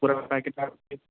پورا پیکٹ